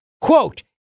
quote